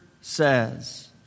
says